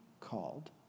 called